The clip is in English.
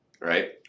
right